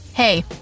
Hey